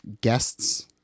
guests